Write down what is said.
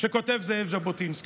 שכותב זאב ז'בוטינסקי.